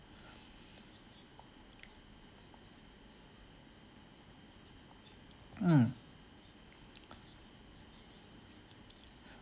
mm